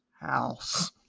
House